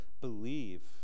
believe